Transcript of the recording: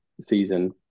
season